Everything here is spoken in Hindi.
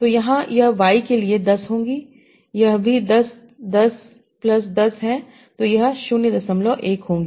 तो यहाँ यह Y के लिए 10 होगी यह भी 10 10 प्लस 10 है तो यह 01 होगी